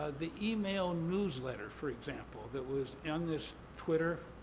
the email newsletter, for example, that was in this twitter